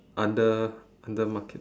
under under market